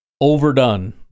overdone